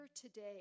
today